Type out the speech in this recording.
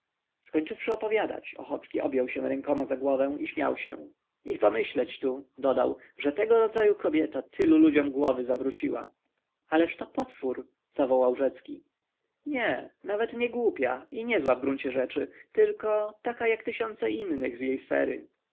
apopleksyą skończywszy opowiadać ochocki objął się rękoma za głowę i śmiał się i pomyśleć tu dodał że tego rodzaju kobieta tylu ludziom głowy zawróciła ależto potwór zawołał rzecki nie nawet niegłupia i niezła w gruncie rzeczy tylko taka jak tysiące innych z jej sfery